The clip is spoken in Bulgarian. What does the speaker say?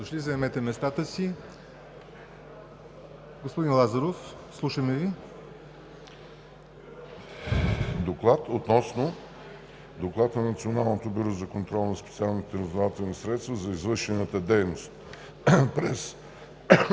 Доклад на Националното бюро за контрол на специалните разузнавателни средства за извършената дейност